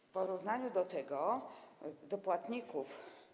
W porównaniu do tego, do płatników.